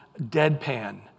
deadpan